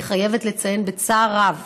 אני חייבת לציין בצער רב